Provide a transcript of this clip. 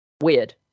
Weird